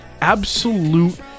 absolute